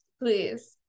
please